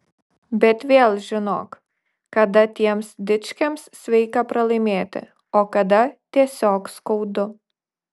bet vėl žinok kada tiems dičkiams sveika pralaimėti o kada tiesiog skaudu